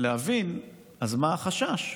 להבין אז מה החשש.